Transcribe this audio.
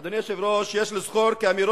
אוי ואבוי, לך תתחבק עם השמלה.